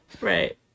right